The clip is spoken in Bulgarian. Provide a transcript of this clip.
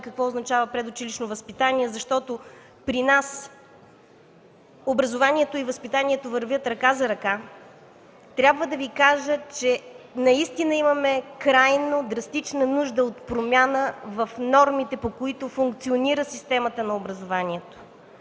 какво означава предучилищно възпитание, защото при нас образованието и възпитанието вървят ръка за ръка, трябва да Ви кажа, че наистина имаме крайно драстична нужда от промяна в нормите, по които функционира системата на образованието.